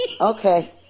Okay